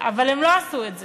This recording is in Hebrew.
אבל הם לא עשו את זה.